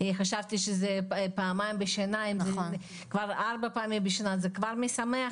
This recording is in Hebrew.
חשבתי שזה רק פעמיים בשנה אז ארבע פעמים בשנה זה כבר משמח,